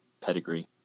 pedigree